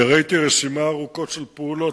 וראיתי רשימה ארוכה של פעולות,